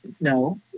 no